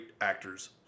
actors